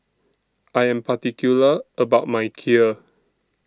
I Am particular about My Kheer